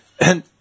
and-